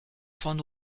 von